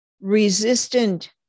resistant